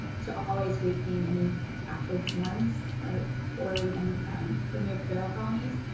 to always requeen any captured swarms or or even remove feral colonies.